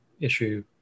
issue